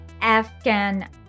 Afghan